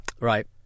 Right